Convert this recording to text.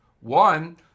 One